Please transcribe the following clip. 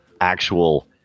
actual